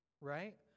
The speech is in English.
Right